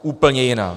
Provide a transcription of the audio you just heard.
Úplně jiná.